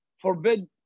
forbid